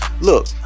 look